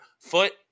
foot